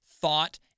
thought